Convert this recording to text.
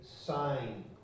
sign